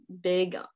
big